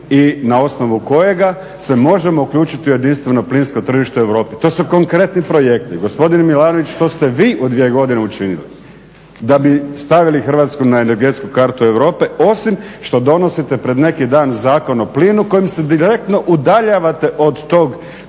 i na osnovu kojega se možemo uključiti u jedinstveno plinsko tržište u Europi. To su konkretni projekti. Gospodine Milanović to ste vi u dvije godine učinili. Da bi stavili Hrvatsku na energetsku kartu Europe, osim što donosite pred neki dan Zakon o plinu kojim se direktno udaljavate od tog